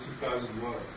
2001